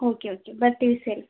okay okay ಬರ್ತೀವಿ ಸರಿ